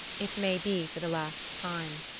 it may be for the last time.